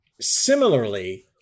Similarly